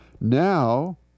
Now